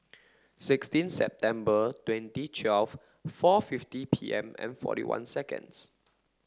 sixteen September twenty twelve four fifty P M and forty one seconds